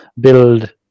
build